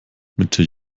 mitte